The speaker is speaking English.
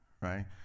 right